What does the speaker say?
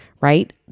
right